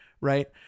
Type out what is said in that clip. Right